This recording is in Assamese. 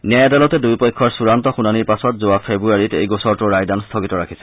ন্যায় আদালতে দুয়ো পক্ষৰ চুডান্ত শুনানিৰ পাছত যোৱা ফেব্ৰুৱাৰী মাহত এই গোচৰটোৰ ৰায়দান স্থগিত ৰাখিছিল